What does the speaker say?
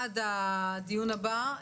עד הדיון הבא.